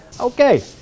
Okay